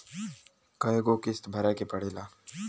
कय गो किस्त भरे के पड़ेला?